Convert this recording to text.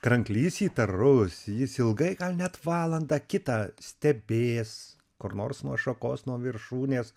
kranklys įtarus jis ilgai gal net valandą kitą stebės kur nors nuo šakos nuo viršūnės